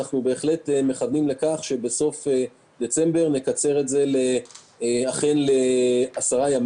אנחנו בהחלט מכוונים לכך שבסוף דצמבר נקצר את הבידוד ל-10 ימים.